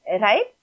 right